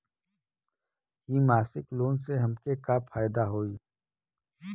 इ मासिक लोन से हमके का फायदा होई?